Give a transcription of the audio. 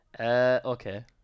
Okay